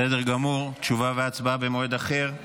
בסדר גמור, תשובה והצבעה במועד אחר.